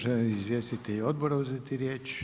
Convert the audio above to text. Želi li izvjestitelj odbora uzeti riječ?